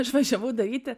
išvažiavau daryti